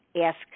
ask